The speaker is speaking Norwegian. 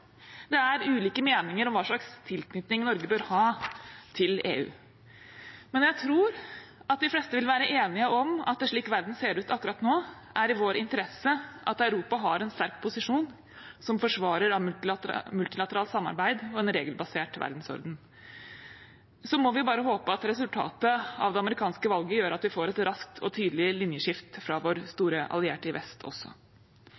det ikke noen tvil om. Det er ulike meninger om hva slags tilknytning Norge bør ha til EU, men jeg tror de fleste vil være enige om at slik verden ser ut akkurat nå, er det i vår interesse at Europa har en sterk posisjon som forsvarer av multilateralt samarbeid og en regelbasert verdensorden. Så må vi bare håpe at resultatet av det amerikanske valget gjør at vi får et raskt og tydelig linjeskift fra vår store allierte i vest også.